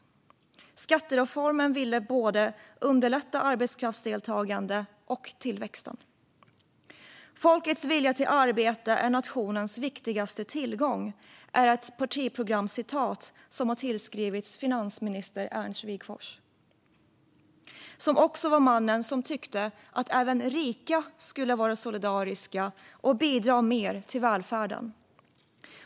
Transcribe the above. Skattereformen ville både underlätta arbetskraftsdeltagande och tillväxt. Folkets vilja till arbete är nationens viktigaste tillgång. Det är ett partiprogramscitat som har tillskrivits finansminister Ernst Wigforss, som också var mannen som tyckte att även rika skulle vara solidariska och bidra mer till välfärden.